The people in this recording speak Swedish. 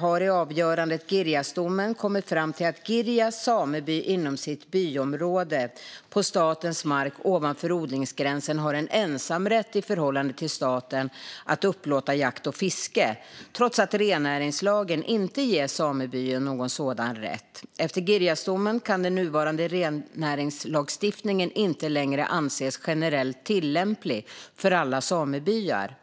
har i avgörandet Girjasdomen kommit fram till att Girjas sameby inom sitt byområde på statens mark ovanför odlingsgränsen har en ensamrätt i förhållande till staten att upplåta jakt och fiske, trots att rennäringslagen inte ger samebyn någon sådan rätt. Efter Girjasdomen kan den nuvarande rennäringslagstiftningen inte längre anses generellt tillämplig för alla samebyar.